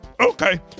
Okay